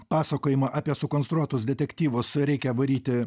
pasakojimą apie sukonstruotus detektyvus reikia varyti